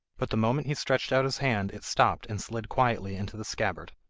but the moment he stretched out his hand it stopped and slid quietly into the scabbard.